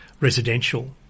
residential